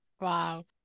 Wow